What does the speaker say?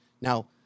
Now